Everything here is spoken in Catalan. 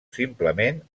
simplement